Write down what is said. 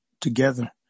together